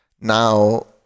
Now